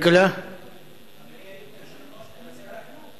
איסור על קנסות יציאה),